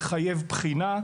מחייב בחינה,